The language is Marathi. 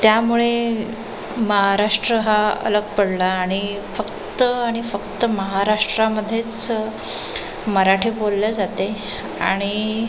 त्यामुळे महाराष्ट्र हा अलग पडला आणि फक्त आणि फक्त महाराष्ट्रामध्येच मराठी बोलली जाते आणि